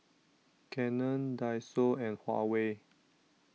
Canon Daiso and Huawei